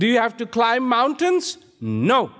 do you have to climb mountains no